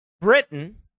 Britain